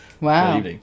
Wow